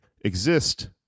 exist